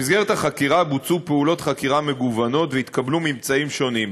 במסגרת החקירה בוצעו פעולות חקירה מגוונות והתקבלו ממצאים שונים.